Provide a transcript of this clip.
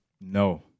No